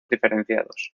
diferenciados